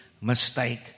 mistake